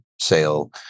sale